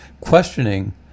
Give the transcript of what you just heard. questioning